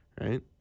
Right